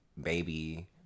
Baby